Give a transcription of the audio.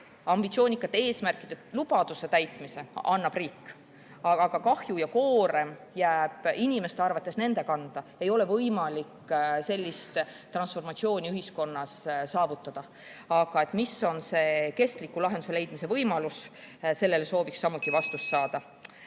ambitsioonikate eesmärkide lubaduse täitmise annab riik, aga kahju ja koorem jääb inimeste arvates nende kanda, ei ole võimalik sellist transformatsiooni ühiskonnas saavutada. Mis on see kestliku lahenduse leidmise võimalus? Sellele sooviksime vastust saada.